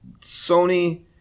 Sony